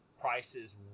prices